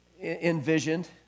envisioned